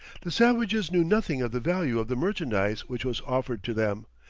the savages knew nothing of the value of the merchandize which was offered to them,